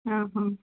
आ हा